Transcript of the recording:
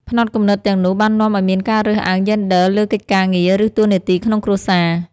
ផ្នត់គំនិតទាំងនោះបាននាំឱ្យមានការរើសអើងយេនឌ័រលើកិច្ចការងារ ឬតួនាទីក្នុងគ្រួសារ។